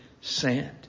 sand